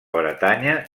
bretanya